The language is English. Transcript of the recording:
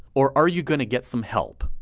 or are you gonna get some help?